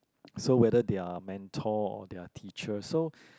so whether they are mentor or their teacher so